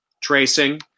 tracing